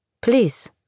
Please